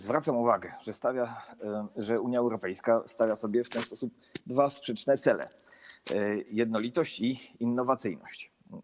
Zwracam uwagę na to, że Unia Europejska stawia sobie w ten sposób dwa sprzeczne cele: jednolitość i innowacyjność.